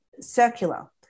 circular